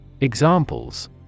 Examples